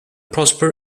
prosper